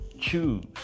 choose